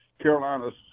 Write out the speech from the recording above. Carolina's